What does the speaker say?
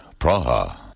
Praha